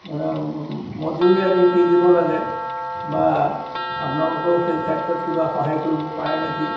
মানে মজুৰি আদি কি দিব লাগে বা আপোনালোকেও সেই ক্ষেত্ৰত কিবা সহায় কৰিব পাৰে নেকি